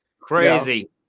Crazy